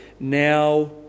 Now